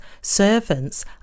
servants